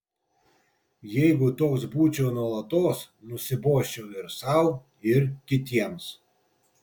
jeigu toks būčiau nuolatos nusibosčiau ir sau ir kitiems